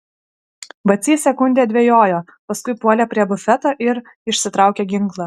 vacys sekundę dvejojo paskui puolė prie bufeto ir išsitraukė ginklą